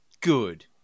Good